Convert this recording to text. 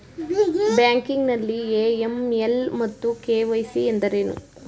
Banking ನಲ್ಲಿ AML ಮತ್ತು KYC ಎಂದರೇನು?